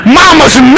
mama's